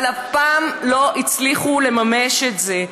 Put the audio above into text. אבל אף פעם לא הצליחו לממש את זה,